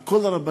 על כל הרבנים,